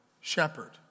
shepherd